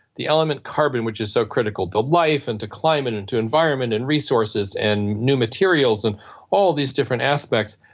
the element carbon which is so critical to life and to climate and to environment and resources and new materials and all these different aspects,